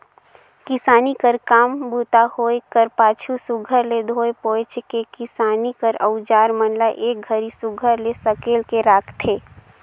किसानी कर काम बूता होए कर पाछू सुग्घर ले धोए पोएछ के किसानी कर अउजार मन ल एक घरी सुघर ले सकेल के राखथे